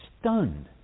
stunned